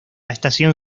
estación